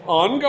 on